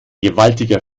gewaltiger